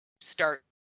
start